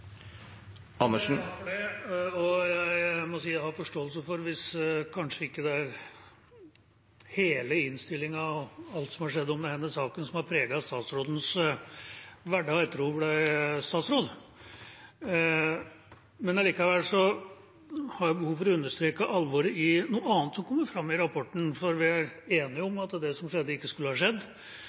hele innstillingen og alt som har skjedd i forbindelse med denne saken, som har preget statsrådens hverdag etter at hun ble statsråd, men likevel har jeg behov for å understreke alvoret i noe annet som kommer fram i rapporten. Vi er enige om at det som skjedde, ikke skulle ha skjedd.